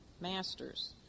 masters